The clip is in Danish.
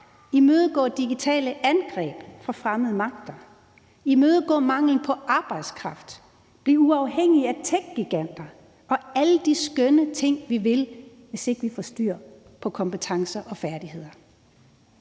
imødegå digitale angreb fra fremmede magter, imødegå mangel på arbejdskraft, blive uafhængige af techgiganter og alle de skønne ting, vi vil, hvis ikke vi får styr på kompetencer og færdigheder?